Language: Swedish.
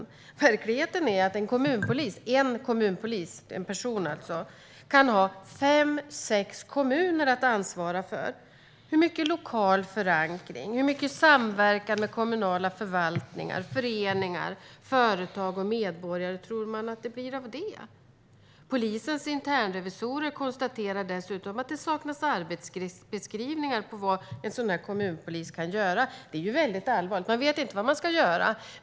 I verkligheten kan en kommunpolis, alltså en person, ha fem sex kommuner att ansvara för. Hur mycket lokal förankring och hur mycket samverkan med kommunala förvaltningar, föreningar, företag och medborgare tror man att det blir av det? Polisens internrevisorer konstaterar dessutom att det saknas arbetsbeskrivningar av vad en sådan här kommunpolis kan göra. Det är allvarligt. Man vet inte vad man ska göra.